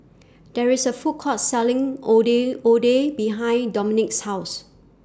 There IS A Food Court Selling Ondeh Ondeh behind Dominik's House